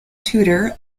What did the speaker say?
tutor